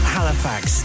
Halifax